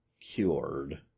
cured